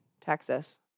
texas